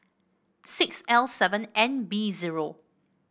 six L seven N B zero